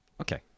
Okay